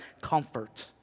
comfort